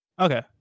Okay